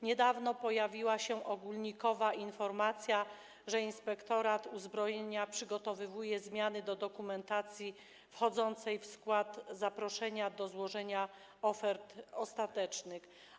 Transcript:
Niedawno pojawiła się ogólnikowa informacja, że Inspektorat Uzbrojenia przygotowuje zmiany dokumentacji wchodzącej w skład zaproszenia do złożenia ofert ostatecznych.